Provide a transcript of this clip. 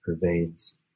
pervades